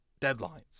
deadlines